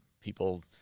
people